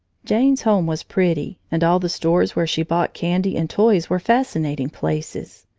jane's home was pretty and all the stores where she bought candy and toys were fascinating places.